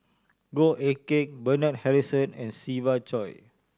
Goh Eck Kheng Bernard Harrison and Siva Choy